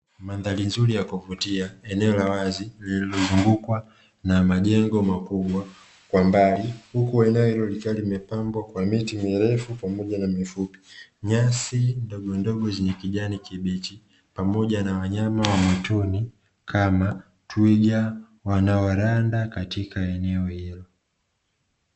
Mandhari nzuri ya kuvutia, eneo la wazi lililozungukwa na majengo makubwa kwa mbali, huku eneo hilo likiwa limepambwa kwa miti mirefu pamoja na mifupi, nyasi ndogondogo zenye kijani kibichi pamoja na wanyama wa mwituni kama twiga wanaoranda katika eneo hilo.